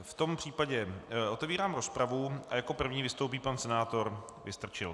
V tom případě otevírám rozpravu a jako první vystoupí pan senátor Vystrčil.